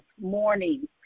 morning